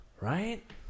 Right